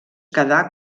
quedà